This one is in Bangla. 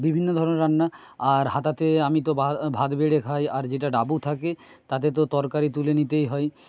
বিভিন্ন ধরনের রান্না আর হাতাতে আমি তো ভাত বেড়ে খাই আর যেটা ডাবু থাকে তাতে তো তরকারি তুলে নিতেই হয়